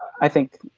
i think